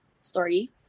story